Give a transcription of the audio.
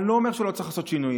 אני לא אומר שלא צריך לעשות שינויים.